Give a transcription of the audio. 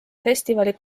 festivali